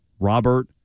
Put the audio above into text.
Robert